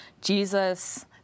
Jesus